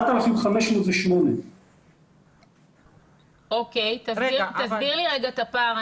4,508. תסביר לי רגע את הפער.